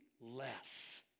less